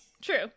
True